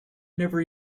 never